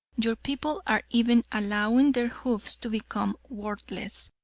your people are even allowing their hoofs to become worthless,